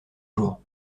jour